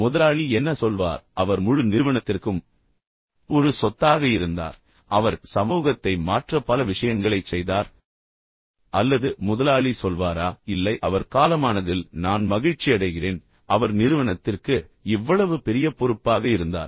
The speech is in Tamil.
முதலாளி என்ன சொல்வார் அவர் முழு நிறுவனத்திற்கும் ஒரு சொத்தாக இருந்தார் மேலும் அவர் சமூகத்தை மாற்ற பல விஷயங்களைச் செய்தார் அல்லது முதலாளி சொல்வாரா இல்லை அவர் காலமானதில் நான் மகிழ்ச்சியடைகிறேன் அவர் நிறுவனத்திற்கு இவ்வளவு பெரிய பொறுப்பாக இருந்தார்